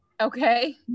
Okay